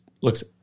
looks